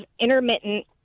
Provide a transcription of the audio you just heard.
intermittent